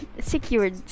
secured